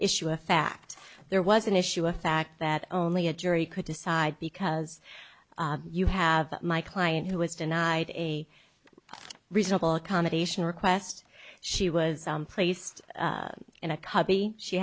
issue of fact there was an issue a fact that only a jury could decide because you have my client who was denied a reasonable accommodation request she was placed in a cubby she